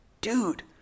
Dude